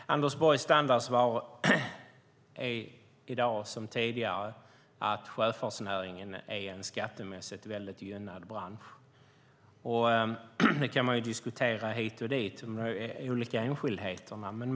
Anders Borgs standardsvar är i dag som tidigare att sjöfartsnäringen är en skattemässigt mycket gynnad bransch. Man kan diskutera de olika enskildheterna hit och dit.